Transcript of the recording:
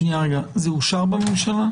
זה אושר בממשלה?